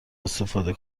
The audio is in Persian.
استفاده